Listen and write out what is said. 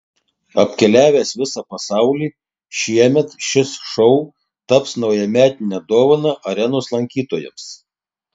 apkeliavęs visą pasaulį šiemet šis šou taps naujametine dovana arenos lankytojams